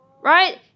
Right